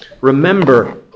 Remember